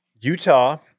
Utah